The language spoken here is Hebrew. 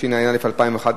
התשע"א 2011,